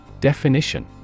Definition